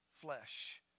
flesh